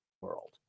world